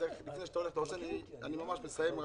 לפני שאתה הולך, אני ממש מסיים.